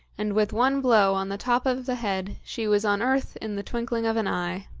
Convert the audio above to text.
and with one blow on the top of the head she was on earth in the twinkling of an eye.